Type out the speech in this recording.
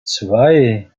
zwei